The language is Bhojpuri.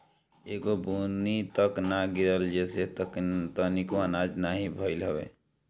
एगो बुन्नी तक ना गिरल जेसे तनिको आनाज नाही भइल हवे